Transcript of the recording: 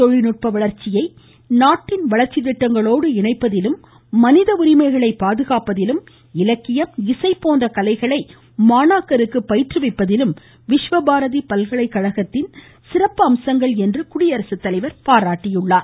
தொழில்நுட்ப வளர்ச்சியை நாட்டின் வளர்ச்சி திட்டங்களோடு இணைப்பதிலும் மனித உரிமைகளை பாதுகாப்பதிலும் இலக்கியம் இசை போன்ற கலைகளை மாணாக்கருக்கு பயிற்றுவிப்பதிலும் விஷ்வ பாரதி பல்கலைக்கழகத்தின் சிறப்பு அம்சங்கள் என்று குடியரசுத் தலைவர் பாராட்டினார்